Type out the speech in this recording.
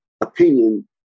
opinion